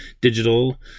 digital